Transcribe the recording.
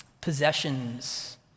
possessions